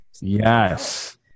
Yes